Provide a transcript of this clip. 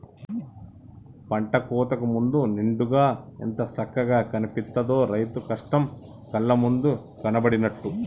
పంట కోతకు ముందు నిండుగా ఎంత సక్కగా కనిపిత్తదో, రైతు కష్టం కళ్ళ ముందు కనబడినట్టు